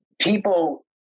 people